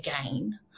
again